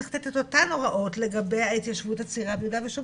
צריך לתת את אותן הוראות לגבי ההתיישבות הצעירה ביו"ש,